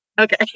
Okay